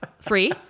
three